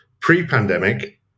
pre-pandemic